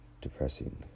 depressing